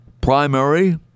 primary